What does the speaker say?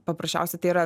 paprasčiausiai tai yra